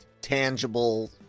tangible